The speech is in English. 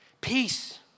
Peace